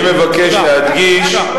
לא,